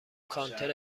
کانتر